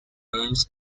earns